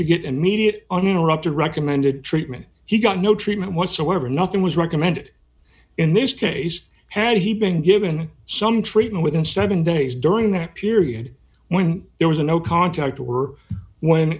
to get immediate uninterrupted recommended treatment he got no treatment whatsoever nothing was recommended in this case had he been given some treatment within seven days during that period when there was no contact or when